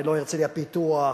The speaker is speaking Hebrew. ולא הרצלייה-פיתוח,